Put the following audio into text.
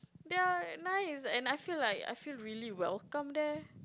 they are nice and I feel like I feel really welcome there